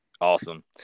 awesome